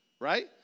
right